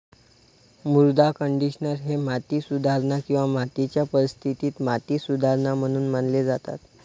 मृदा कंडिशनर हे माती सुधारणा किंवा मातीच्या परिस्थितीत माती सुधारणा म्हणून मानले जातात